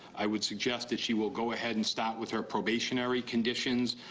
i would suggest she will go ahead and start with her probationary conditions.